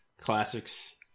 classics